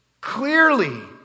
clearly